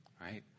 right